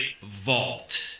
Vault